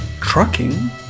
trucking